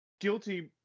guilty